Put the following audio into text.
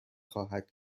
خواهد